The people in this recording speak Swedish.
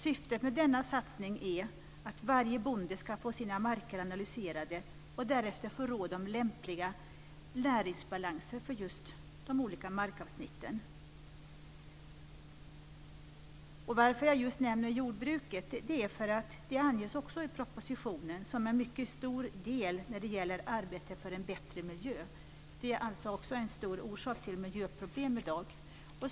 Syftet med denna satsning är att varje bonde ska få sina marker analyserade och därefter få råd om lämpliga näringsbalanser för de olika markavsnitten. Anledningen till att jag nämner jordbruket är att det anges i propositionen som en mycket stor del när det gäller arbetet för en bättre miljö. Det är alltså en stor orsak till miljöproblem i dag.